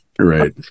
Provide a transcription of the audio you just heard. Right